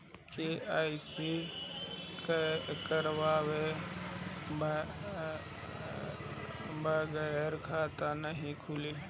KYC करवाये बगैर खाता नाही खुली?